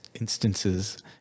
instances